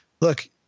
look